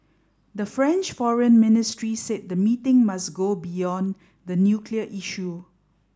the French Foreign Ministry said the meeting must go beyond the nuclear issue